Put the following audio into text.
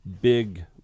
big